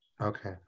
Okay